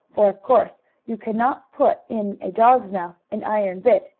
for of course you can not put in a dog's mouth an iron bit,